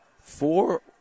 four